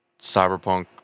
Cyberpunk